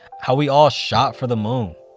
how we all shot for the moon,